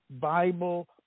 Bible